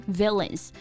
villains